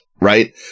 Right